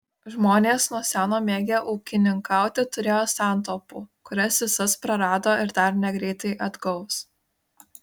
žmonės nuo seno mėgę ūkininkauti turėjo santaupų kurias visas prarado ir dar negreitai atgaus